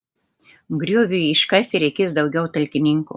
grioviui iškasti reikės daugiau talkininkų